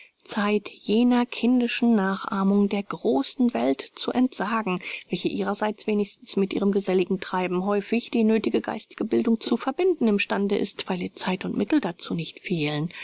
zeit jener kindischen nachahmung der großen welt zu entsagen welche ihrerseits wenigstens mit ihrem geselligen treiben häufig die nöthige geistige bildung zu verbinden im stande ist weil ihr zeit und mittel dazu nicht fehlen